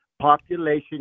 Population